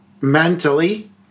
Mentally